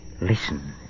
Listen